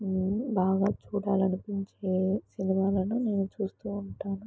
బాగా చూడాలనిపించే సినిమాలను నేను చూస్తూ ఉంటాను